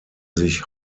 sich